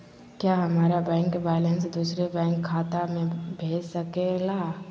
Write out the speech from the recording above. क्या हमारा bank balance दूसरे बैंक खाता में भेज सके ला?